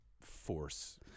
force